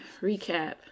recap